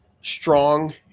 strong